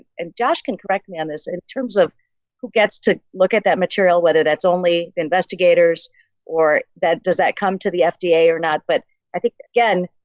and josh can correct me on this. in terms of who gets to look at that material, whether that's only investigators or does that come to the fda or not? but i think again,